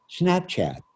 Snapchat